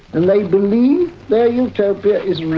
and they believe their utopia is real.